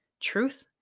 truth